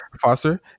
Foster